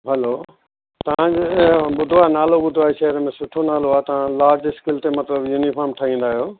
हलो तव्हां जो मां ॿुधो आहे नालो शहर में सुठो नालो आहे तव्हां जो लार्ज स्केल ते मतिलबु यूनिफाम ठाहींदा आहियो